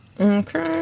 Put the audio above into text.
Okay